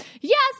yes